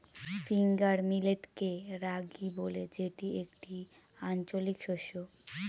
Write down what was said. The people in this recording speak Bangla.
ফিঙ্গার মিলেটকে রাগি বলে যেটি একটি আঞ্চলিক শস্য